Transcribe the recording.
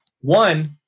one